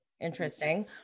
interesting